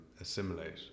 assimilate